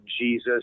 Jesus